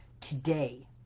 today